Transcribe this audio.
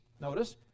notice